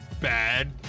Bad